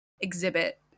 exhibit